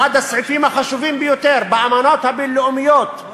אחד הסעיפים החשובים ביותר באמנות הבין-לאומיות הוא שאסור,